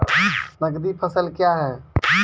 नगदी फसल क्या हैं?